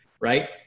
right